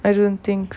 I don't think